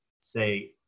say